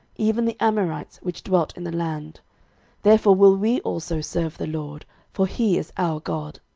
even the amorites which dwelt in the land therefore will we also serve the lord for he is our god.